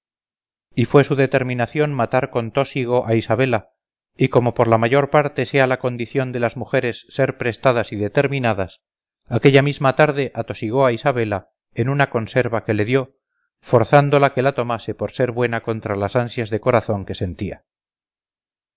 y fue su determinación matar con tósigo a isabela y como por la mayor parte sea la condición de las mujeres ser prestas y determinadas aquella misma tarde atosigó a isabela en una conserva que le dio forzándola que la tomase por ser buena contra las ansias de corazón que sentía